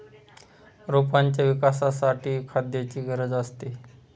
रोपांच्या विकासासाठी खाद्याची गरज असते